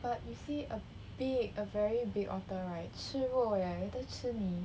but you see a big a very big otter right 吃肉 eh later 吃你